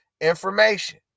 information